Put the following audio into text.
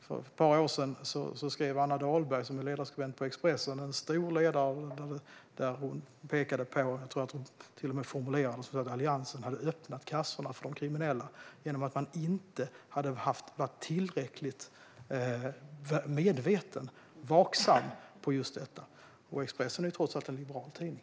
För ett par år sedan skrev Anna Dahlberg, som är ledarskribent på Expressen, en stor ledare där hon pekade på - och, tror jag, till och med formulerade det som - att Alliansen hade öppnat kassorna för de kriminella genom att man inte hade varit tillräckligt medveten om och vaksam på just detta. Och Expressen är ju trots allt en liberal tidning!